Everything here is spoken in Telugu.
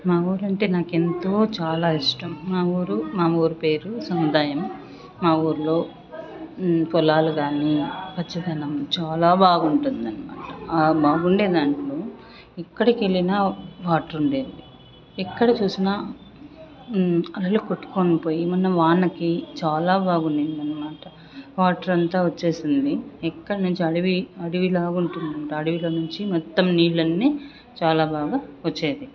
మా ఊరు అంటే నాకు ఎంతో చాలా ఇష్టం మా ఊరు మా ఊరు పేరు సముదాయం మా ఊర్లో పొలాలు కాని పచ్చదనం చాలా బాగా ఉంటుందనమాట బాగుండేదాన్ని ఎక్కడికి వెళ్లినా వాటర్ ఉండేది ఎక్కడ చూసినా నదులు కొట్టుకొని పోయి మొన్న వానకి చాలా బాగా ఉండింది అనమాట వాటర్ అంతా వచ్చేసింది ఇక్కడ నుండి అడవి అడవి లాగా ఉంటుంది అడవిలో నుంచి మొత్తం నీళ్లన్నీ చాలా బాగా వచ్చేది